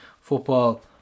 Football